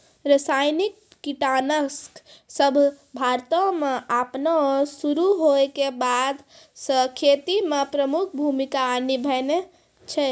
रसायनिक कीटनाशक सभ भारतो मे अपनो शुरू होय के बादे से खेती मे प्रमुख भूमिका निभैने छै